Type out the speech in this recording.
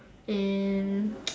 and